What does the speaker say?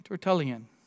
Tertullian